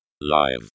live